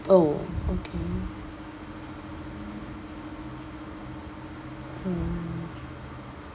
oh okay mm